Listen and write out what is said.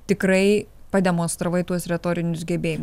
tikrai pademonstravai tuos retorinius gebėjim